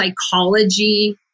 psychology